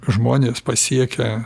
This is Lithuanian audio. žmonės pasiekia